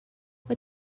what